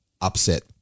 upset